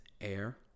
air